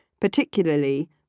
particularly